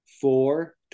four